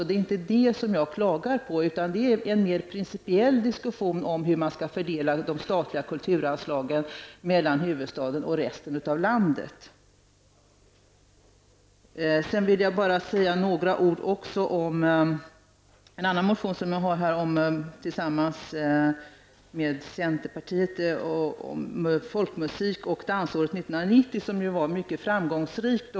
Det är alltså inte det jag klagar på, utan det gäller en mer principiell diskussion om hur man skall fördela de statliga kulturanslagen mellan huvudstaden och resten av landet. Jag vill också säga några ord om en annan motion som vi har gemensam med centerpartiet och som gäller folkmusik och dansåret 1990, som ju var mycket framgångsrikt.